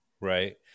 right